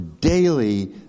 daily